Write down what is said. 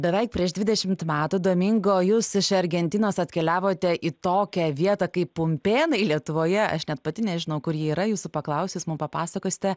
beveik prieš dvidešimt metų domingo jūs iš argentinos atkeliavote į tokią vietą kaip pumpėnai lietuvoje aš net pati nežinau kur ji yra jūsų paklausiu jūs mum papasakosite